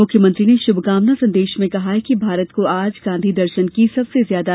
मुख्यमंत्री ने शुभकामना संदेश में कहा कि भारत को आज गाँधी दर्शन की सबसे ज्यादा जरूरत है